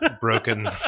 broken